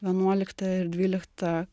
vienuoliktą ir dvyliktą